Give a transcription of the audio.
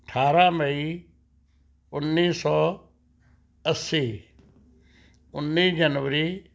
ਅਠਾਰਾਂ ਮਈ ਉੱਨੀ ਸੌ ਅੱਸੀ ਉੱਨੀ ਜਨਵਰੀ